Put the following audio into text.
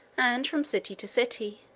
and from city to city,